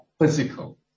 physical